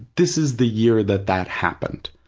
this is the year that that happened.